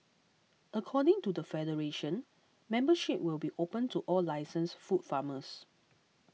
according to the federation membership will be opened to all licensed food farmers